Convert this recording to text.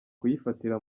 kuyifatira